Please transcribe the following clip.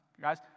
guys